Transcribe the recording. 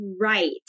Right